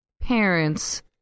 parents